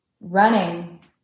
running